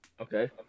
Okay